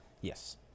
Yes